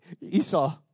Esau